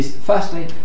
Firstly